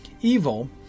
evil